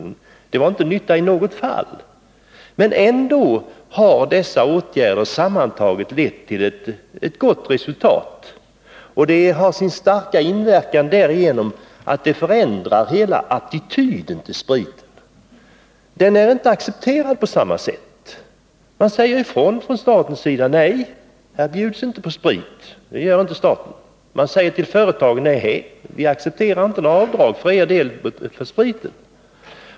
Inte i något av de fallen ansåg de att det var någon nytta med åtgärden. Ändå har dessa åtgärder sammantagna lett till ett gott resultat. Deras stora betydelse är att de har förändrat hela attityden till sprit. Den är inte accepterad på samma sätt som tidigare. Staten säger ifrån: Här bjuds inte på sprit. Staten säger till företagen: Vi accepterar inga avdrag för sprit.